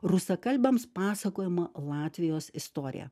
rusakalbiams pasakojama latvijos istorija